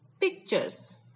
pictures